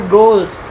goals